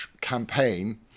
campaign